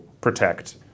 protect